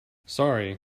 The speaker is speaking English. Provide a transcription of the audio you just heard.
sorry